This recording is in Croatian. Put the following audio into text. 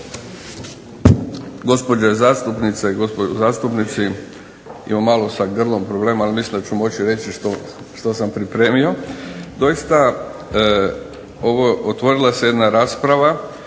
gospođe zastupnice i gospodo zastupnici. Imam malo sa grlom problema, ali mislim da ću moći reći što sam pripremio. Doista ovo, otvorila se jedna rasprava